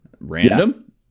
Random